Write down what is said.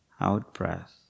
out-breath